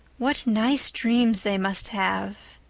what nice dreams they must have!